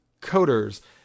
coders